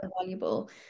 valuable